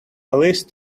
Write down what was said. list